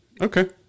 okay